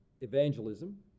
evangelism